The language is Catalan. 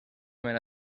mena